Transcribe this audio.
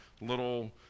little